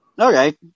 Okay